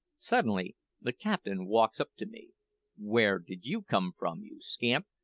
suddenly the captain walks up to me where did you come from, you scamp,